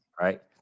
Right